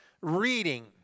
reading